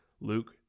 Luke